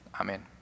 amen